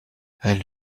elle